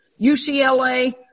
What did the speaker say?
UCLA